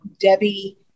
Debbie